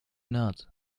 not